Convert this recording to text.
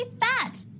fat